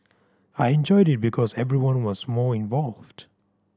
I enjoyed it because everyone was more involved